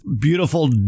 beautiful